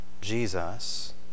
Jesus